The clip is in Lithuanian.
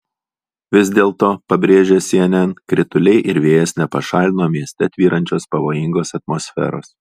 vis dėlto pabrėžia cnn krituliai ir vėjas nepašalino mieste tvyrančios pavojingos atmosferos